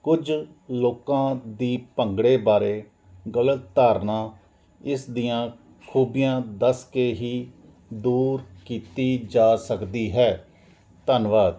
ਕੁਝ ਲੋਕਾਂ ਦੀ ਭੰਗੜੇ ਬਾਰੇ ਗਲਤ ਧਾਰਨਾ ਇਸ ਦੀਆਂ ਖੂਬੀਆਂ ਦੱਸ ਕੇ ਹੀ ਦੂਰ ਕੀਤੀ ਜਾ ਸਕਦੀ ਹੈ ਧੰਨਵਾਦ